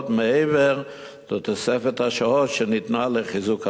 מעבר לתוספת השעות שניתנה לחיזוק התחום.